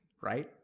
right